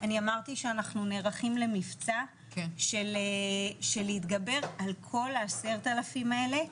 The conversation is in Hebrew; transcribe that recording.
אני אמרתי שאנחנו נערכים למבצע של להתגבר על כל ה-10,000 האלה,